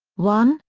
one,